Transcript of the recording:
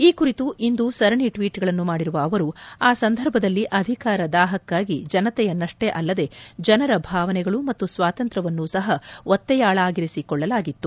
ಈ ಕುರಿತು ಇಂದು ಸರಣಿ ಟ್ವೀಟ್ಗಳನ್ನು ಮಾಡಿರುವ ಅವರು ಆ ಸಂದರ್ಭದಲ್ಲಿ ಅಧಿಕಾರ ದಾಹಕ್ಕಾಗಿ ಜನತೆಯನ್ನಷ್ಲೇ ಅಲ್ಲದೇ ಜನರ ಭಾವನೆಗಳು ಮತ್ತು ಸ್ವಾತಂತ್ರ್ಯವನ್ನು ಸಹ ಒತ್ತೆಯಾಳಾಗಿರಿಸಿಕೊಳ್ಳಲಾಗಿತ್ತು